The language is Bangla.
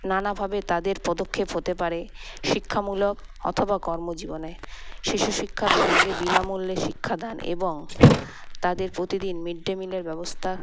নানাভাবে তাদের পদক্ষেপ হতে পারে শিক্ষামূলক অথবা কর্মজীবনে শিশুশিক্ষা বিভাগে বিনামূল্যে শিক্ষাদান এবং তাদের প্রতিদিন মিড ডে মিলের ব্যবস্থা